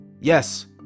Yes